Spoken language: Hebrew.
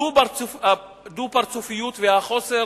הדו-פרצופיות, חוסר